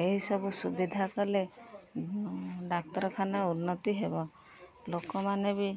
ଏହିସବୁ ସୁବିଧା କଲେ ଡାକ୍ତରଖାନା ଉନ୍ନତି ହେବ ଲୋକମାନେ ବି